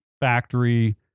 factory